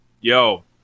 yo